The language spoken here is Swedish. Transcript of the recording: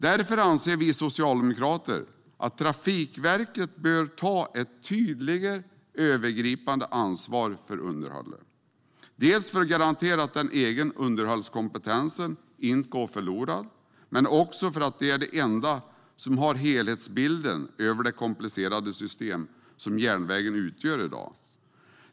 Därför anser vi socialdemokrater att Trafikverket bör ta ett tydligare övergripande ansvar för underhållet. Det bör de göra för att garantera att den egna underhållskompetensen inte går förlorad men också för att de är de enda som har helhetsbilden över det komplicerade system som järnvägen utgör i dag.